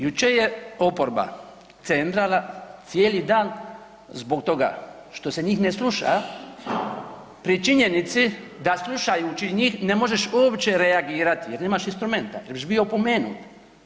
Jučer je oporba cendrala cijeli dan zbog toga što se njih ne sluša pri činjenici da slušajući njih ne možeš uopće reagirati jer nemaš instrumenta, jer budeš bio opomenut.